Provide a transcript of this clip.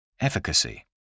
Efficacy